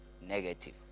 negative